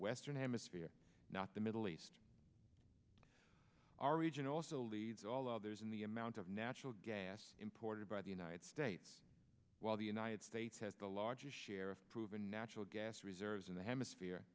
western hemisphere not the middle east our region also leads all others in the amount of natural gas imported by the united states while the united states has the largest share of proven natural gas reserves in the hemisphere